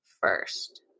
first